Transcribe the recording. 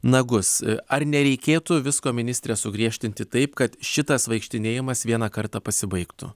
nagus ar nereikėtų visko ministre sugriežtinti taip kad šitas vaikštinėjimas vieną kartą pasibaigtų